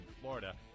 Florida